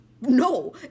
No